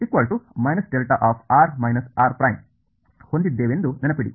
ನಾವು ಹೊಂದಿದ್ದೇವೆಂದು ನೆನಪಿಡಿ